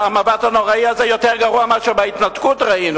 המבט הנוראי הזה יותר גרוע מזה שראינו בהתנתקות.